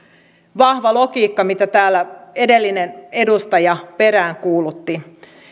vahva logiikka mitä täällä edellinen edustaja peräänkuulutti